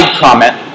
comment